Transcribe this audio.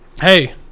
Hey